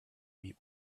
meet